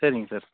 சரிங்க சார்